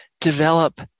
develop